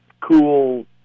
cool